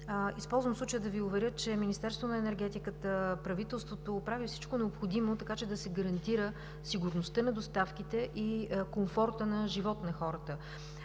Използвам случая да Ви уверя, че Министерството на енергетиката, правителството прави всичко необходимо, така че да се гарантира сигурността на доставките и комфорта на живот на хората.